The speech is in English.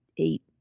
eight